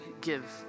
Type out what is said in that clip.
give